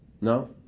No